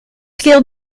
scale